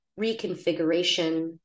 reconfiguration